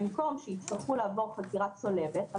במקום שיצטרכו לעבור חקירה צולבת על